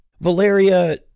Valeria